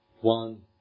one